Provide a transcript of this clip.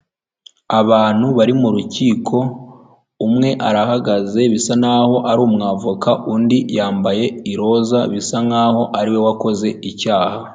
Abantu bari mu rukiko umwe arahagaze bisa naho ari umwavoka undi yambaye iroza bisa nkaho ari we wakoze icyaha.